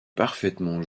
parfaitement